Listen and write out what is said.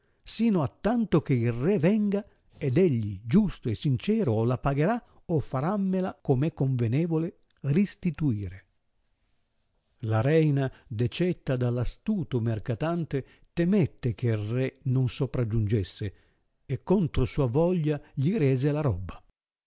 sino attanto che i re venga ed egli giusto e sincero o la pagherà o farammela com è convenevole ristituire la reina decetta dall astuto mercatante temette che il re non sopragiungesse e centra sua voglia gli rese la robba